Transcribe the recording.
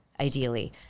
ideally